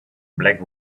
black